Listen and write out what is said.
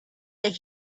that